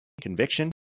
conviction